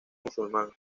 musulmán